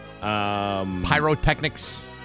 Pyrotechnics